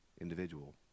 individual